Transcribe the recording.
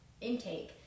intake